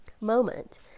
Moment